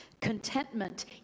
contentment